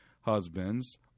husbands